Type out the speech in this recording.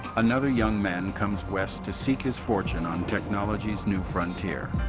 another young man comes west to seek his fortune on technology's new frontier.